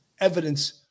evidence